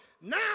now